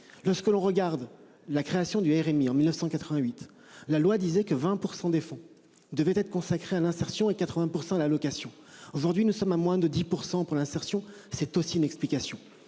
lorsque l'on regarde la création du RMI en 1988 la loi disait que 20% des fonds devait être consacrée à l'insertion et 80% l'allocation. Aujourd'hui nous sommes à moins de 10% pour l'insertion, c'est aussi une explication